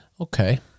Okay